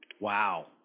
Wow